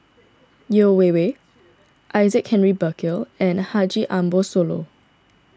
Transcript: Yeo Wei Wei Isaac Henry Burkill and Haji Ambo Sooloh